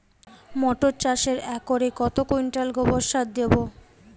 মটর চাষে একরে কত কুইন্টাল গোবরসার দেবো?